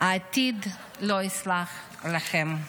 העתיד לא יסלח לכם.